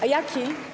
A jaki?